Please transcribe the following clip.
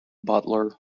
butler